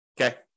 Okay